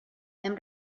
hem